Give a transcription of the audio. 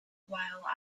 while